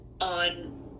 on